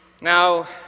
Now